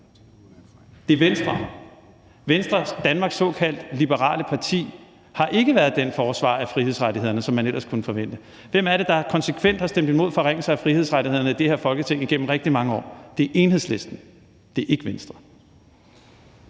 Det er Venstre. Venstre, Danmarks såkaldt liberale parti, har ikke været den forsvarer af frihedsrettighederne, som man ellers kunne forvente. Hvem er det, der konsekvent har stemt imod forringelser af frihedsrettighederne i det her Folketing igennem rigtig mange år? Det er Enhedslisten. Det er ikke Venstre.